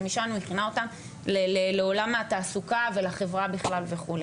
ומשם אני מכינה אותם לעולם התעסוקה ולחברה בכלל וכו',